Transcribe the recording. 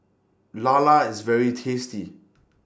Lala IS very tasty